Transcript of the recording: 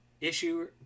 issue